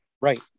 Right